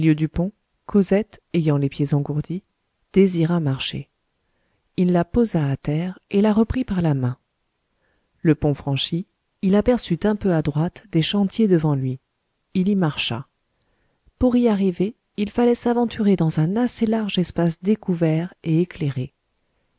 pont cosette ayant les pieds engourdis désira marcher il la posa à terre et la reprit par la main le pont franchi il aperçut un peu à droite des chantiers devant lui il y marcha pour y arriver il fallait s'aventurer dans un assez large espace découvert et éclairé